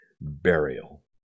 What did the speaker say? burial